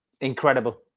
incredible